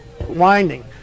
winding